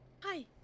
Hi